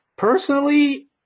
Personally